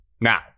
now